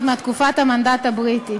עוד מתקופת המנדט הבריטי,